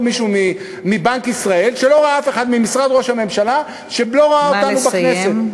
מישהו מבנק ישראל שלא ראה אף אחד ממשרד ראש הממשלה שלא ראה אותנו בכנסת.